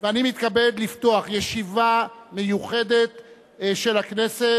ואני מתכבד לפתוח ישיבה מיוחדת של הכנסת,